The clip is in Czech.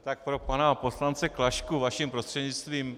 Tak pro pana poslance Klašku vaším prostřednictvím.